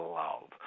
love